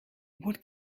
what